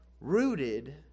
rooted